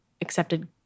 accepted